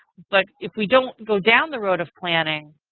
but if we don't go down the road of planning,